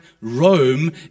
Rome